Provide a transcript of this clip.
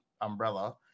umbrella